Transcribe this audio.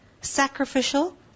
Sacrificial